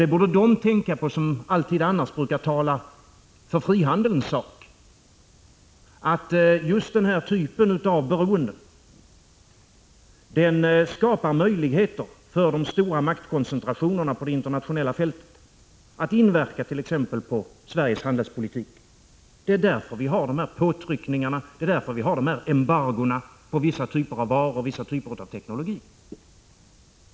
Det borde de tänka på som alltid annars brukar tala för frihandelns sak. Just den här typen av beroende skapar möjligheter för de stora maktkoncentrationerna på det internationella fältet att inverka på t.ex. Sveriges handelspolitik. Det är därför som vi har dessa påtryckningar och dessa embargon på vissa typer av varor och teknologi.